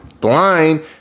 blind